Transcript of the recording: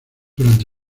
durante